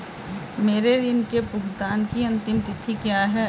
मेरे ऋण के भुगतान की अंतिम तिथि क्या है?